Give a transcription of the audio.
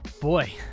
Boy